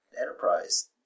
Enterprise